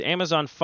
Amazon